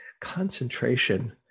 concentration